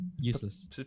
useless